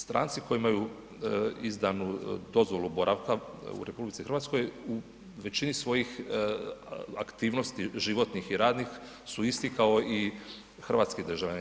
Stranci koji imaju izdanu dozvolu boravka u RH u većini svojih aktivnosti životnih i radnih su isti kao i hrvatski državljani.